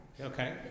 Okay